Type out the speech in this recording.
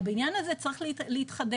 הבניין הזה צריך להתחדש.